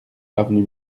avenue